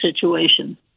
situation